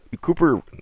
Cooper